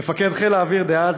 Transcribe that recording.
מפקד חיל האוויר דאז,